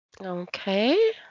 Okay